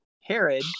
Herod